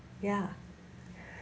ya